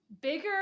Bigger